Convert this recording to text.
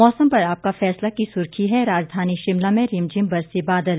मौसम पर आपका फैसला की सुर्खी है राजधानी शिमला में रिमझिम बरसे बादल